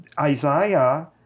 isaiah